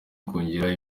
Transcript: kungira